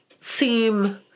seem